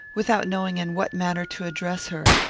without knowing in what manner to address her.